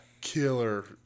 killer